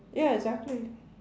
ya exactly